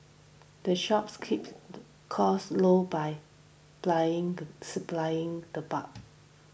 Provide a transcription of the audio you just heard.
the shops keeps costs low by buying supplies in the bulk